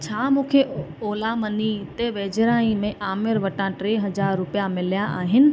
छा मूंखे ओला मनी ते वेझिड़ाईअ में आमिर वटां टे हज़ार रुपया मिलिया आहिनि